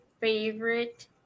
favorite